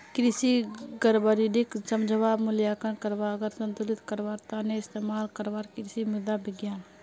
कृषि गड़बड़ीक समझवा, मूल्यांकन करवा आर संतुलित करवार त न इस्तमाल करवार कृषि मृदा विज्ञान